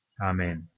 Amen